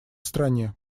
стране